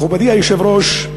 מכובדי היושב-ראש,